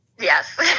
Yes